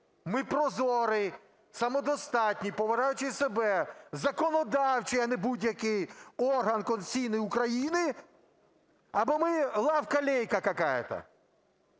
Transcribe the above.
Ми прозорий, самодостатній, поважаючий себе, законодавчий, а не будь-який, орган конституційний України, або ми "лавка-лейка"